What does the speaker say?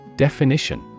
Definition